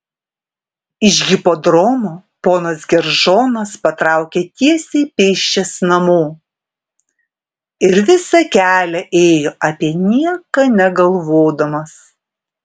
iš hipodromo ponas geržonas patraukė tiesiai pėsčias namo ir visą kelią ėjo apie nieką negalvodamas